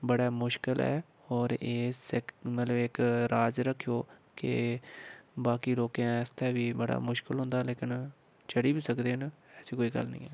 बड़ा मुश्कल ऐ होर एह् सिक्ख मतलब इक राज़ रक्खेओ एह् बाकी लोकें आस्तै बी बड़ा मुश्कल होंदा लेकिन चढ़ी बी सकदे न ऐसी कोई गल्ल निं ऐ